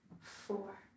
four